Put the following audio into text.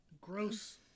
gross-